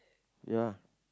ya